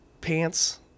pants